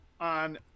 on